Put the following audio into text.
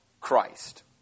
Christ